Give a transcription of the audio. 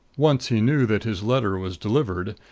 once he knew that his letter was delivered,